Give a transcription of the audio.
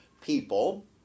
people